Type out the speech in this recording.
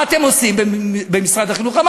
מה אתם עושים במשרד החינוך?